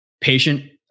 patient